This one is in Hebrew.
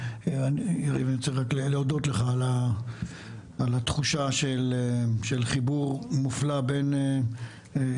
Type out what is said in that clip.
יריב אני רק רוצה להודות לך על התחושה של חיבור מופלא בין אכפתיות,